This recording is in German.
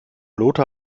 lothar